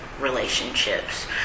relationships